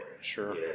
Sure